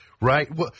right